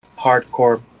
hardcore